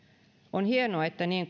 on hienoa että niin